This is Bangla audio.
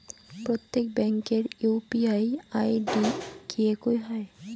প্রত্যেক ব্যাংকের ইউ.পি.আই আই.ডি কি একই হয়?